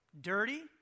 Dirty